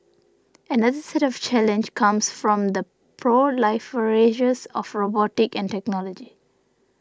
another set of challenge comes from the proliferations of robotics and technology